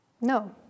No